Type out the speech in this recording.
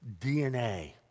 DNA